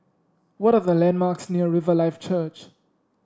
what are the landmarks near Riverlife Church